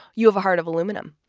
you have a heart of aluminum?